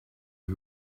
are